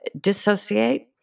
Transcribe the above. dissociate